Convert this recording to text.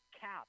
cap